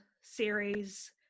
series